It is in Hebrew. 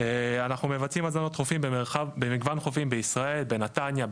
אנחנו מבצעים הזנות חופים במגוון חופים בישראל בנתניה,